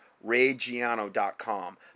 RayGiano.com